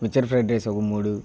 mixture fried rice ఒక మూడు